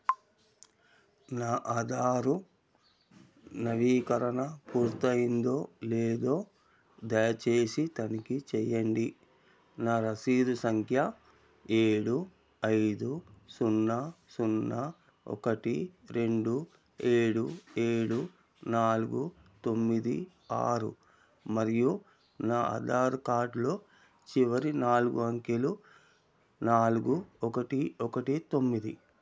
నా ఆధారు నవీకరణ పూర్తయిందో లేదో దయచేసి తనిఖీ చెయ్యండి నా రసీదు సంఖ్య ఏడు ఐదు సున్నా సున్నా ఒకటి రెండు ఏడు ఏడు నాలుగు తొమ్మిది ఆరు మరియు నా ఆధార్ కార్డ్లో చివరి నాలుగు అంకెలు నాలుగు ఒకటి ఒకటి తొమ్మిది